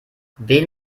wen